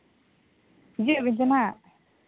ᱦᱤᱡᱩᱜ ᱵᱤᱱ ᱥᱮ ᱦᱟᱸᱜ